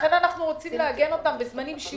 לכן אנחנו רוצים לעגן אותן בזמנים,